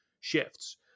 shifts